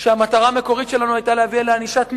שהמטרה המקורית שלנו היתה להביא לענישת מינימום.